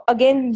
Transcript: Again